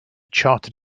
charted